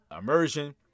immersion